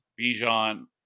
Bijan